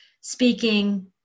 speaking